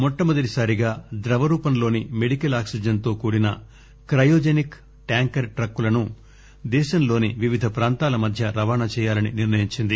మొట్లమొదటి సారిగా ద్రవరూపంలోని medical oxygen తో కూడిన క్రయోజనిక్ ట్యాంకర్ ట్రక్కులను దేశంలోని వివిధ ప్రాంతాల మధ్య రవాణా చేయాలని నిర్ణయించింది